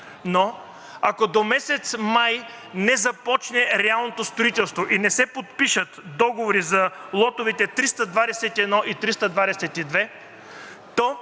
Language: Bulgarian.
но ако до месец май не започне реалното строителство и не се подпишат договори за лотовете №№ 321 и 322,